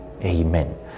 Amen